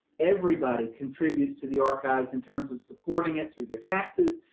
everybody contributes to the archives in terms of supporting it through their taxes,